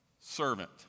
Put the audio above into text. Servant